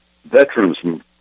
Veterans